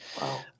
Wow